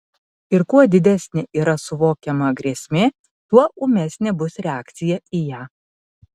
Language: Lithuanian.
ir kuo didesnė yra suvokiama grėsmė tuo ūmesnė bus reakcija į ją